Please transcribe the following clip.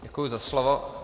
Děkuji za slovo.